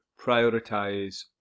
prioritize